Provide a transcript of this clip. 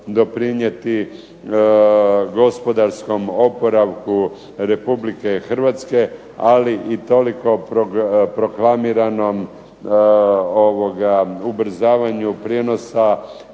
doprinijeti gospodarskom oporavku Republike Hrvatske, ali i toliko proklamiranom ubrzavanju prijenosa